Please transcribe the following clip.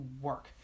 work